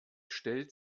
stellt